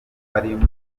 harimo